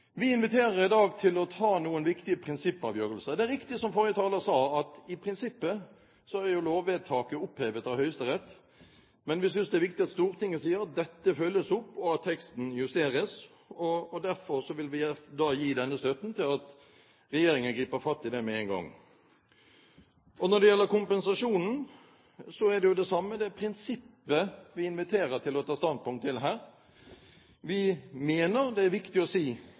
Vi inviterer i dag til å ta noen viktige prinsippavgjørelser. Det er riktig som forrige taler sa, at i prinsippet er lovvedtaket opphevet av Høyesterett. Men vi synes det er viktig at Stortinget sier at dette følges opp, og at teksten justeres, og derfor vil vi gi denne støtten til at regjeringen griper fatt i det med en gang. Når det gjelder kompensasjonen, så er det jo det samme – det er prinsippet vi inviterer til å ta standpunkt til her. Vi mener det er viktig å si